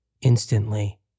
Instantly